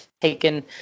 taken